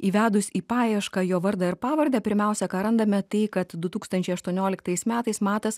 įvedus į paiešką jo vardą ir pavardę pirmiausia ką randame tai kad du tūkstančiai aštuonioliktais metais matas